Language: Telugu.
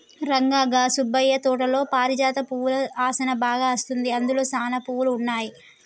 రంగా గా సుబ్బయ్య తోటలో పారిజాత పువ్వుల ఆసనా బాగా అస్తుంది, అందులో సానా పువ్వులు ఉన్నాయి